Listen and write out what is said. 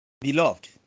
beloved